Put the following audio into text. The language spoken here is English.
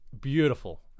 Beautiful